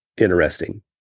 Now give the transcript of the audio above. interesting